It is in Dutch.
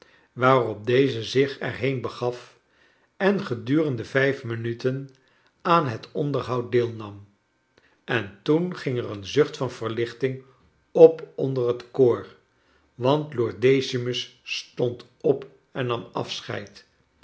waarop deze zich er heen begaf en gedurende vijf minuteri aan het onderhoud deelnam en toen ging er een zucht van verlichting op onder het koor want lord decimus stond op en nam afscheid